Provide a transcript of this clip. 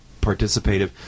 participative